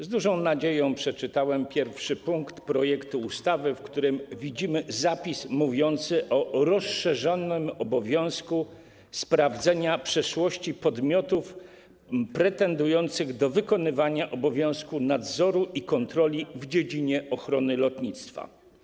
Z dużą nadzieją przeczytałem pierwszy punkt projektu ustawy, w którym widzimy zapis mówiący o rozszerzonym obowiązku sprawdzenia przeszłości podmiotów pretendujących do wykonywania obowiązku nadzoru i kontroli w dziedzinie ochrony lotnictwa.